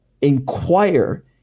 inquire